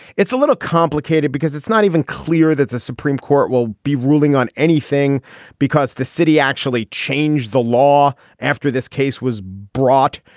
it's a little complicated because it's not even clear that the supreme court will be ruling on anything because the city actually changed the law after this case was brought.